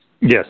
Yes